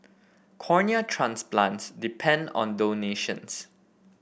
cornea transplants depend on donations